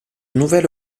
nouvelle